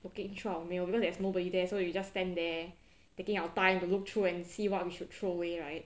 looking through our mail because there's nobody there so we just stand there taking our time to look through and see what we should throw away right